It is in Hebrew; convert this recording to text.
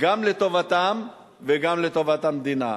גם לטובתם וגם לטובת המדינה.